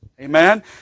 Amen